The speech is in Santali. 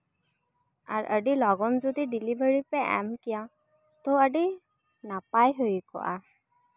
ᱟᱨ ᱟᱹᱰᱤ ᱞᱚᱜᱚᱱ ᱡᱩᱫᱤ ᱰᱮᱞᱤᱵᱷᱮᱨᱤ ᱯᱮ ᱮᱢ ᱠᱮᱭᱟ ᱛᱚ ᱟᱹᱰᱤ ᱱᱟᱯᱟᱭ ᱦᱩᱭ ᱠᱚᱜᱼᱟ